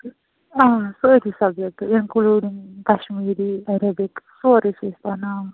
آ سٲری subject including Kashmiri Arabic سورُے چھِ أسۍ پرناوان